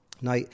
now